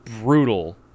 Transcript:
brutal